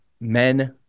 men